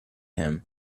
him